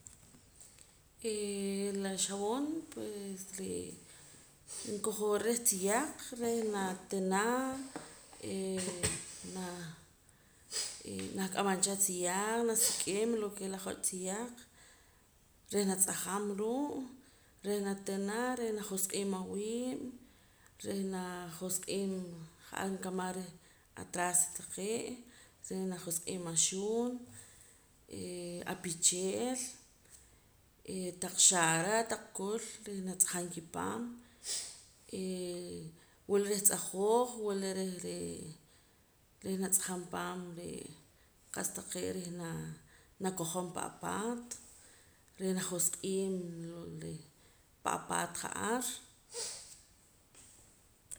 Ee la xaboon pues ree' nkojoo ra reh tziyaq reh naa natina reh naa nahk'amam cha atziyaaq nasik'im lo ke es la joch' tziayaq reh natz'ajam ruu' reh natina reh najosq'iim awii'b' reh naajoq'iim ja'ar nkamaj reh atraste taqee' reh najosq'iim axuun ee apichel ee tan xaara taq kul reh natz'ajam kipaam wula reh tz'ajooj wula reh ree' reh natz'ajam paam ree' qa'sa taqee' reh naa nakojom pan apaat reh najosq'iib' reh pa' apaat ja'ar